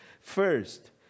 First